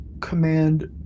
Command